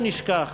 בואו לא נשכח